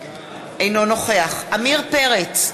אינו נוכח עמיר פרץ,